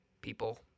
people